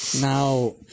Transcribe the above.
Now